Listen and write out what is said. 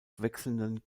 wechselnden